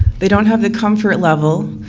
they don't have the comfort level.